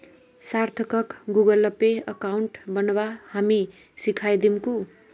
सार्थकक Google Pay account बनव्वा हामी सीखइ दीमकु